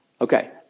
Okay